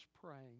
praying